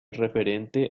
referente